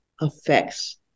affects